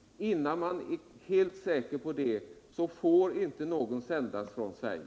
Innan man är helt säker på den saken får inte någon förpassas från Sverige!